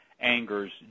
Angers